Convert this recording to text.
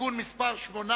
(תיקון מס' 8)